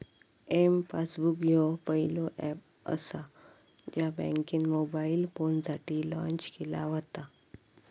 M passbook ह्यो पहिलो app असा ज्या बँकेन मोबाईल फोनसाठी लॉन्च केला व्हता